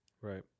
Right